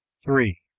three.